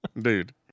Dude